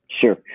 Sure